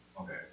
Okay